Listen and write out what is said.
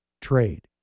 trade